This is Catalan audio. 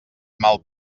mal